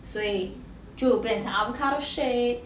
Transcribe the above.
所以就变成 avocado shake